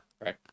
right